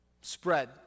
spread